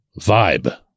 vibe